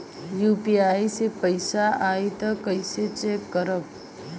UPI से पैसा आई त कइसे चेक करब?